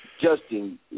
Justin